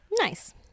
Nice